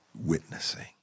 witnessing